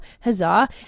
Huzzah